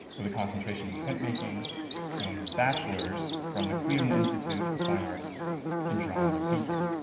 with a concentration in printmaking and his bachelor's from the cleveland institute of fine arts in drawing and painting.